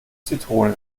zitrone